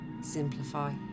Simplify